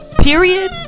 Period